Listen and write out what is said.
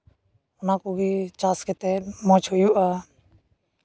ᱚᱱᱟ ᱠᱚᱜᱮ ᱪᱟᱥ ᱠᱟᱛᱮᱫ ᱢᱚᱡᱽ ᱦᱩᱭᱩᱜᱼᱟ